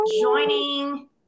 joining